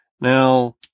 Now